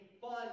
fun